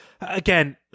Again